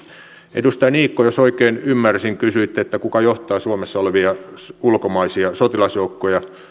edustaja niikko jos oikein ymmärsin kysyitte kuka johtaa suomessa olevia ulkomaisia sotilasjoukkoja